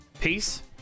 peace